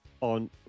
on